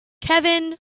Kevin